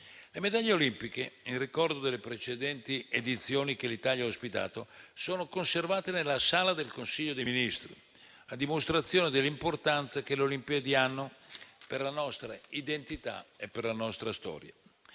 Le medaglie olimpiche, in ricordo delle precedenti edizioni che l'Italia ha ospitato, sono conservate nella sala del Consiglio dei Ministri, a dimostrazione dell'importanza che le Olimpiadi hanno per la nostra identità e per la nostra storia.